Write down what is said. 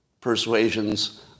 persuasions